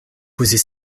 posez